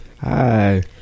Hi